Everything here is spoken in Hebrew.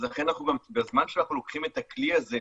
אז לכן גם בזמן שאנחנו לוקחים את הכלי הזה,